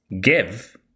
Give